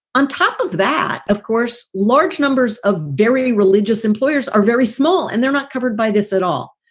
on top of that, of course, large numbers of very religious employers are very small and they're not covered by this at all.